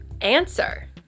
Answer